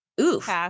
Oof